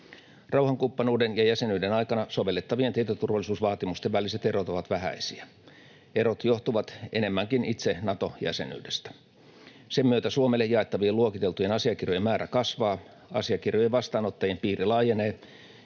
Rauhankumppanuuden ja jäsenyyden aikana sovellettavien tietoturvallisuusvaatimusten väliset erot ovat vähäisiä. Erot johtuvat enemmänkin itse Nato-jäsenyydestä. Sen myötä Suomelle jaettavien luokiteltujen asiakirjojen määrä kasvaa, asiakirjojen vastaanottajien piiri laajenee